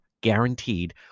guaranteed